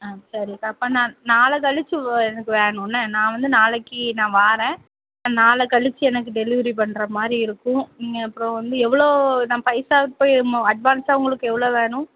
ஆ சரிக்கா அப்போ நான் நாளை கழிச்சி எனக்கு வேணும் என்ன நான் வந்து நாளைக்கி நான் வாரேன் நாளை கழிச்சி எனக்கு டெலிவரி பண்ணுற மாதிரி இருக்கும் நீங்கள் அப்றம் வந்து எவ்வளோ நான் பைசா இப்பயே அட்வான்ஸாக உங்களுக்கு எவ்வளோ வேணும்